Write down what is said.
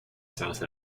south